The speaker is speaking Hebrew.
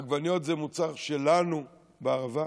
עגבניות זה מוצר שלנו בערבה,